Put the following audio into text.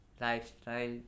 lifestyle